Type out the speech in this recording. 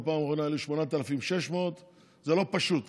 בפעם האחרונה היו לי 8,600. זה לא פשוט,